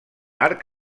arc